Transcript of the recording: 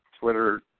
Twitter